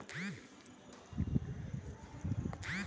కమొడిటీస్ల దుడ్డవిలువ దాని వస్తువు మీద ఆధారపడి ఉండాలి